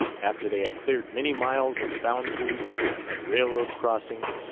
after they had cleared many miles of foundries and railroad crossings,